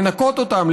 לנקות אותם,